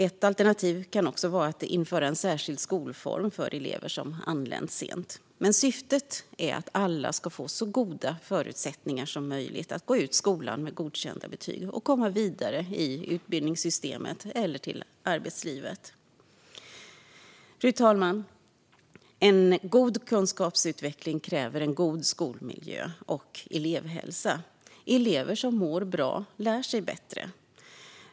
Ett alternativ kan också vara att införa en särskild skolform för elever som anlänt sent. Syftet är att alla ska få så goda förutsättningar som möjligt att gå ut skolan med godkända betyg och komma vidare i utbildningssystemet eller till arbetslivet. Fru talman! En god kunskapsutveckling kräver en god skolmiljö och elevhälsa. Elever som mår bra lär sig bättre.